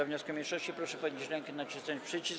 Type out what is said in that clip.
wniosku mniejszości, proszę podnieść rękę i nacisnąć przycisk.